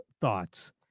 thoughts